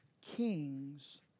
kings